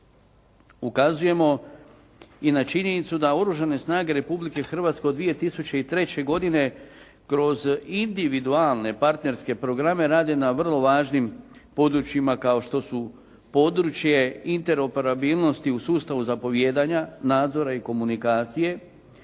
Ukazujemo i na činjenicu da Oružane snage Republike Hrvatske od 2003. godine kroz individualne partnerske programe rade na vrlo važnim područjima, kao što su područje interoperabilnosti u sustavu zapovijedanja, nadzora i komunikacije